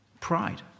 pride